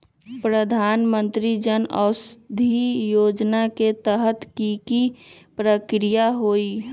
प्रधानमंत्री जन औषधि योजना के तहत की की प्रक्रिया होई?